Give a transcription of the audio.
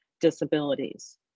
disabilities